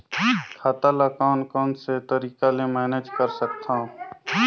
खाता ल कौन कौन से तरीका ले मैनेज कर सकथव?